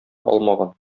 алмаган